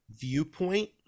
viewpoint